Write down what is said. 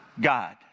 God